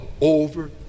over